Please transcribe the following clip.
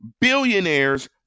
billionaires